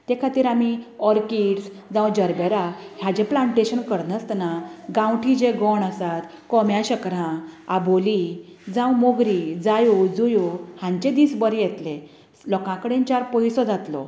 ते खातीर आमी ओरकिड्स जांव जरबेरा हाजें प्लांटेशन करनासतना गांवटी जे गोण आसात कोम्या शेकडां आबोली जावं मोगरी जावं जायो जुयो हांचे दीस बरें येतले लोकां कडेन चार पयसो जातलो